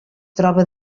troba